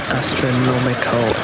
astronomical